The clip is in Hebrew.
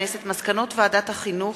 מסקנות ועדת החינוך,